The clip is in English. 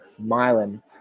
myelin